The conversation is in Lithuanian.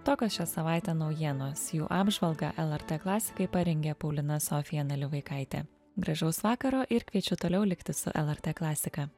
tokios šią savaitę naujienos jų apžvalgą lrt klasikai parengė paulina sofija nalivaikaitė gražaus vakaro ir kviečiu toliau likti su lrt klasika